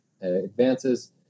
advances